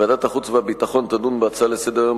ועדת החוץ והביטחון תדון בהצעות לסדר-היום